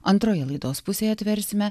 antroje laidos pusėje atversime